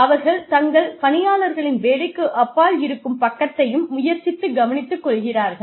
அவர்கள் தங்கள் பணியாளர்களின் வேலைக்கு அப்பால் இருக்கும் பக்கத்தையும் முயற்சித்து கவனித்துக் கொள்கிறார்கள்